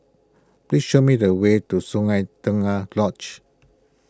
please show me the way to Sungei Tengah Lodge